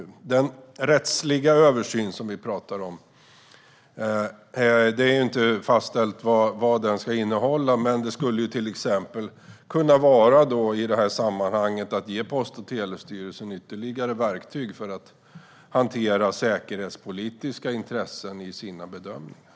När det gäller den rättsliga översyn vi talar om är det inte fastställt vad den ska innehålla, men det skulle i det här sammanhanget till exempel kunna handla om att ge Post och telestyrelsen ytterligare verktyg för att hantera säkerhetspolitiska intressen i sina bedömningar.